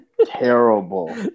Terrible